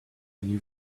new